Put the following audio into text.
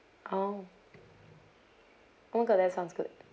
oh oh my god that sounds good